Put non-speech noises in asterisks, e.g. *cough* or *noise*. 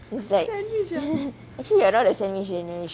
it's like *laughs* actually we are not the sandwich generation